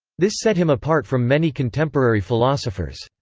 this set him apart from many contemporary philosophers.